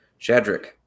Shadrick